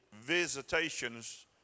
visitations